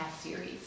series